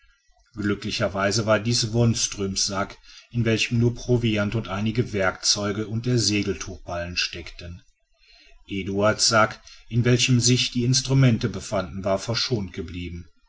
glücklicherweise war dies wonström's sack in welchem nur proviant und einige werkzeuge und der segeltuchballen steckten eduard's sack in welchem sich die instrumente befanden war verschont geblieben